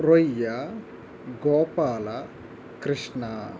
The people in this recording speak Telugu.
రొయ్య గోపాల కృష్ణ